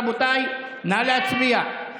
רבותיי, נא להצביע.